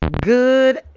good